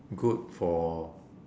good for